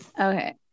okay